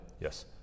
Yes